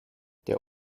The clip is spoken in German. der